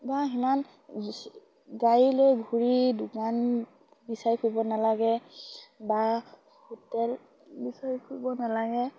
বা সিমান গাড়ী লৈ ঘূৰি দোকান বিচাৰি ফুৰিব নালাগে বা হোটেল বিচাৰি ফুৰিব নালাগে